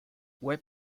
web